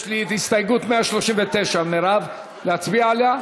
יש לי את הסתייגות 139. מרב, להצביע עליה?